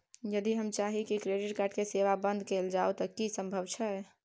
यदि हम चाही की क्रेडिट कार्ड के सेवा बंद कैल जाऊ त की इ संभव छै?